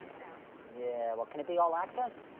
yeah, well can it be all access?